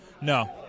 No